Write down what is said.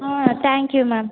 ah thank you ma'am